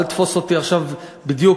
אל תתפוס אותי עכשיו בדיוק,